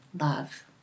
love